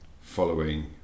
following